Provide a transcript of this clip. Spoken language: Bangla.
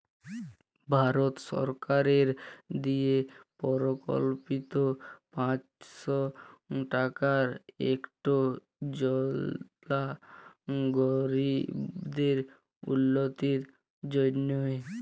ভারত সরকারের দিয়ে পরকল্পিত পাঁচশ টাকার ইকট যজলা গরিবদের উল্লতির জ্যনহে